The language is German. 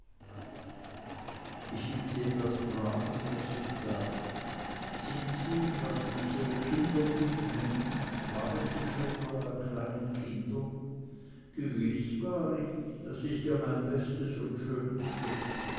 ich will sie was fragen roswitha sind sie was man so kinderlieb nennt waren sie schon mal bei kleinen kindern gewiß war ich das ist ja mein bestes und schönstes